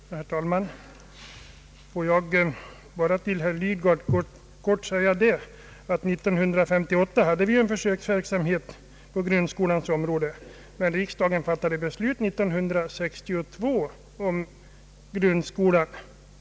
Herr talman! Får jag till herr Lidgard kort säga, att vi 1958 hade en försöksverksamhet på grundskolans område men att riksdagen fattade beslut om grundskolan 1962.